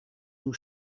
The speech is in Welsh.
nhw